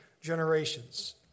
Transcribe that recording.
generations